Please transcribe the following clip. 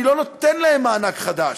אני לא נותן להן מענק חדש,